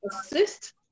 assist